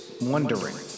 wondering